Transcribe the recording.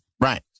Right